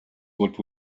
what